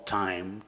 time